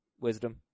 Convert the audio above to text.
wisdom